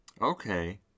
Okay